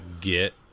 get